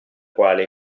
quale